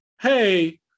hey